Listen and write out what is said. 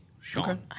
Sean